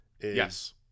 Yes